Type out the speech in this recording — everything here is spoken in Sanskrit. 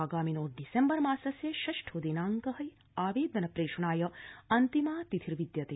आगामिनो डिसेम्बर मासस्य षष्ठो दिनांकः आवेदन प्रेषणाय अन्तिमा तिथिर्विदयते